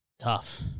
Tough